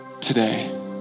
today